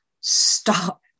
stop